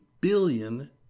billion